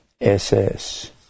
SS